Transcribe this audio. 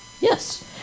Yes